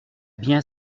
bien